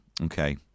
Okay